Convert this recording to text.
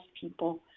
people